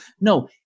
No